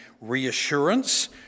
reassurance